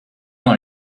dans